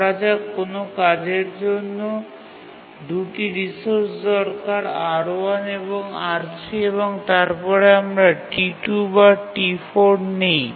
ধরা যাক কোনও কাজের জন্য ২ টি রিসোর্স দরকার R1 এবং R3 এবং তারপরে আমরা T2 বা T4 নিই